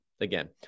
again